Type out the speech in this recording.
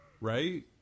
right